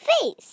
face